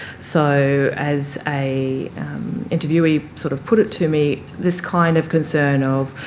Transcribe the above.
so as a interviewee sort of put it to me, this kind of concern of,